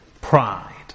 pride